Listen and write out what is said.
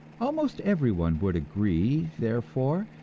almost everyone would agree, therefore,